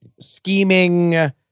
scheming